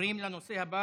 עוברים לנושא הבא,